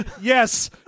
Yes